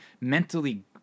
mentally